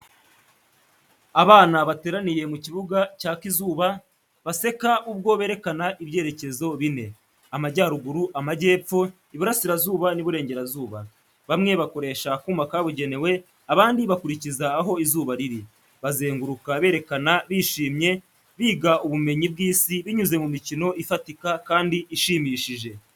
Abana bateraniye mu kibuga cyaka izuba, baseka ubwo berekana ibyerekezo bine, Amajyaruguru, Amajyepfo, Iburasirazuba n’Iburengerazuba. Bamwe bakoresha akuma kabugenewe, abandi bakurikiza aho izuba riri, bazenguruka berekana bishimye, biga ubumenyi bw’isi binyuze mu mikino ifatika kandi ishimishije.